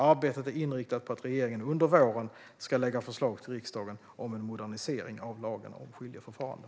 Arbetet är inriktat på att regeringen under våren ska lägga fram förslag till riksdagen om en modernisering av lagen om skiljeförfarande.